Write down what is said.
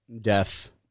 death